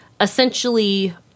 essentially